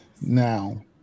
Now